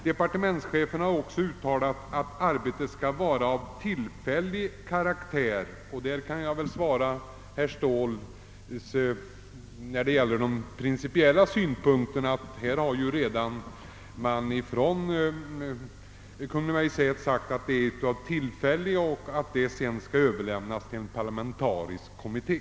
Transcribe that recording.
Departementschefen har också uttalat att nämnda utvecklingsarbete skall vara av tillfällig karaktär. När det gäller de principiella synpunkterna kan jag alltså svara herr Ståhl, att Kungl. Maj:t har klart uttalat sig på den punkten och sagt att arbetet därefter skall överlämnas till en parlamentarisk kommitté.